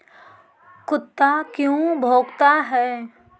कुत्ता क्यों भौंकता है?